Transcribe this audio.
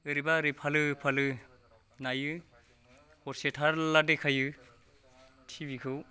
ओरैबा ओरै फालो फालो नायो हरसे थारला देखायो टिभिखौ